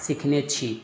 सीखने छी